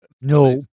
No